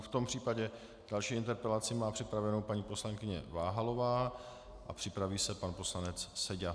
V tom případě další interpelaci má připravenou paní poslankyně Váhalová a připraví se pan poslanec Seďa.